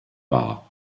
wahr